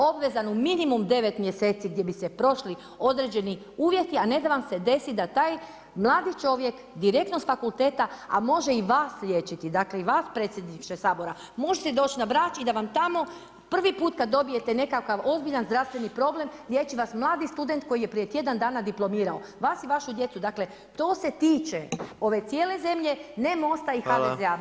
Obvezan u minimum devet mjeseci gdje bi se prošli određeni uvjeti a ne da vam se desi da taj mladi čovjek direktno s fakulteta a može i vas liječiti, dakle, i Vas Predsjedniče Sabora, možete doć na Brač i da vam tamo prvi put kad dobijete nekakav ozbiljan zdravstveni problem liječi vas mladi student koji je prije tjedan dana diplomirao, Vas i Vašu djecu, dakle, to se tiče ove cijele zemlje ne MOSTA i HDZ-a.